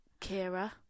Kira